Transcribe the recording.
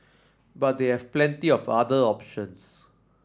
but they have plenty of other options